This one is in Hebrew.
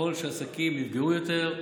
ככל שעסקים נפגעו יותר,